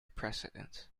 precedence